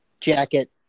jacket